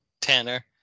tanner